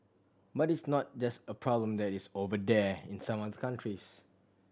but it's not just a problem that is 'over there' in some other countries